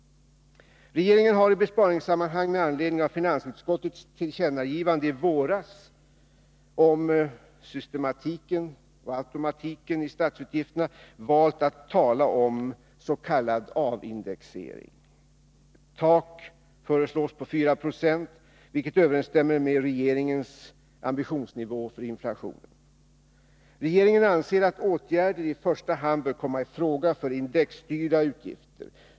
Regeringen har i besparingssammanhang med anledning av finansutskottets tillkännagivande i våras om systematiken och automatiken i statsutgifterna valt att tala om s.k. avindexering. Ett ”tak” föreslås på 4 90, vilket överensstämmer med regeringens ambitionsnivå för inflationen. Regeringen anser att åtgärder i första hand bör komma i fråga för indexstyrda utgifter.